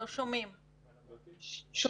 בבקשה.